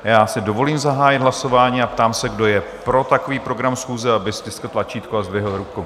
A já si dovolím zahájit hlasování a ptám se, kdo je pro takový program schůze, aby stiskl tlačítko a zdvihl ruku.